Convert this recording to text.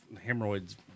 hemorrhoids